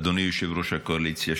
אדוני יושב-ראש הקואליציה,